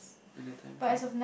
when the time come